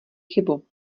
chybu